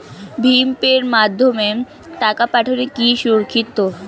ভিম পের মাধ্যমে টাকা পাঠানো কি সুরক্ষিত?